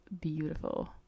beautiful